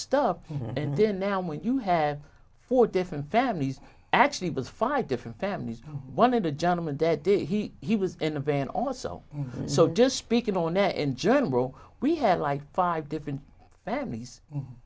stuff and then now when you have four different families actually was five different families one of the gentlemen there did he he was in a van also so just speaking on air in general we have like five different families